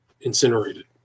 incinerated